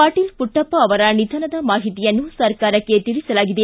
ಪಾಟೀಲ್ ಮಟ್ಟಪ್ಪ ಅವರ ನಿಧನದ ಮಾಹಿತಿಯನ್ನು ಸರ್ಕಾರಕ್ಕೆ ತಿಳಿಸಲಾಗಿದೆ